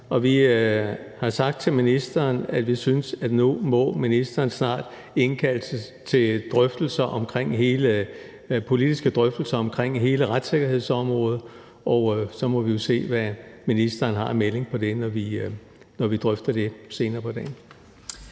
vi har sagt til ministeren, at vi synes, at ministeren nu snart må indkalde til politiske drøftelser om hele retssikkerhedsområdet. Så må vi jo se, hvad ministeren har af melding om det, når vi drøfter det senere på dagen.